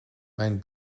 mijn